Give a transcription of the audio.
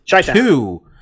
two